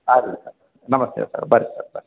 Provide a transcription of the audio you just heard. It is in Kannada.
ಆಗಲಿ ಸರ್ ನಮಸ್ತೆ ಸರ್ ಬರ್ರಿ ಸರ್ ಬರ್